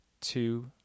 two